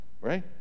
right